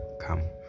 come